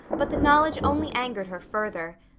but the knowledge only angered her further.